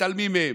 שמתעלמים מהם.